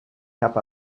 cap